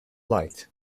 light